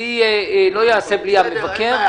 אני לא אעשה בלי המבקר.